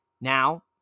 Now